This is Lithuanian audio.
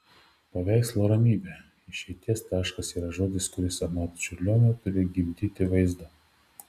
paveikslo ramybė išeities taškas yra žodis kuris anot čiurlionio turi gimdyti vaizdą